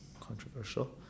controversial